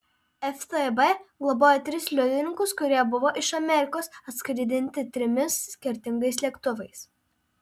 ftb globojo tris liudininkus kurie buvo iš amerikos atskraidinti trimis skirtingais lėktuvais